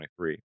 2023